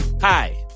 Hi